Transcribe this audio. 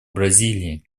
бразилии